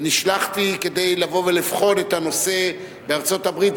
נשלחתי כדי לבוא ולבחון את הנושא בארצות-הברית,